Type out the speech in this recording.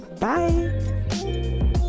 bye